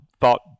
thought